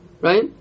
right